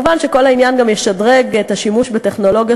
מובן שכל העניין גם ישדרג את השימוש בטכנולוגיות